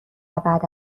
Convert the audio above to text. بعد